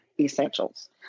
essentials